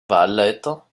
wahlleiter